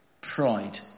pride